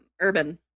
Urban